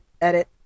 edit